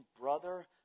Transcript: brother